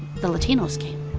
the latinos came.